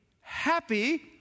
happy